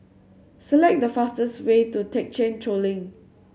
select the fastest way to Thekchen Choling